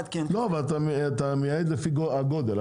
לא, אתה מייעד לפי גודל.